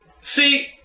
See